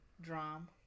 Drum